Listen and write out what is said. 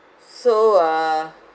so uh